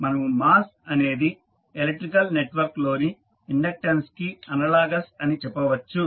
ఇప్పుడు మనము మాస్ అనేది ఎలక్ట్రికల్ నెట్వర్క్ లోని ఇండక్టెన్స్ కి అనలాగస్ అని చెప్పవచ్చు